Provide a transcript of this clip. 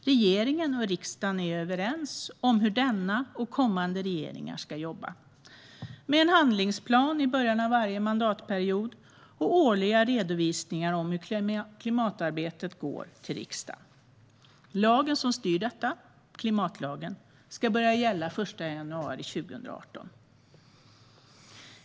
Regeringen och riksdagen är överens om hur denna regering och kommande regeringar ska jobba. Det ska ske med en handlingsplan i början av varje mandatperiod och årliga redovisningar till riksdagen av hur klimatarbetet går. Lagen som styr detta, klimatlagen, ska börja gälla den 1 januari 2018.